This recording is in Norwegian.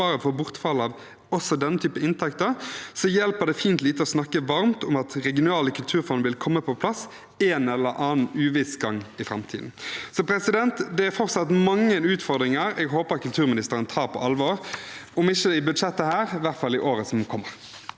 for bortfall av også denne typen inntekter, hjelper det fint lite å snakke varmt om at regionale kulturfond vil komme på plass en eller annen uviss gang i framtiden. Det er fortsatt mange utfordringer jeg håper kulturministeren tar på alvor – om ikke i dette budsjettet, så i hvert fall i året som kommer.